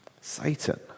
Satan